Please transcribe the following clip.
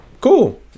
Cool